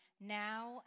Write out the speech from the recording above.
now